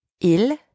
Il